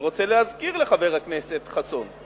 אני רוצה להזכיר לחבר הכנסת חסון,